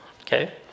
Okay